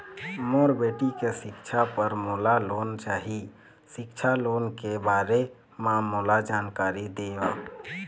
मोर बेटी के सिक्छा पर मोला लोन चाही सिक्छा लोन के बारे म मोला जानकारी देव?